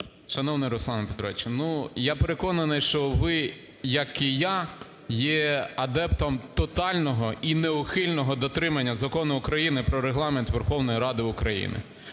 Шановний Руслане Петровичу, ну я переконаний, що ви, як і я, є адептом тотального і неухильного дотримання Закону України "Про Регламент Верховної Ради України",